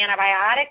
antibiotic